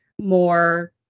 more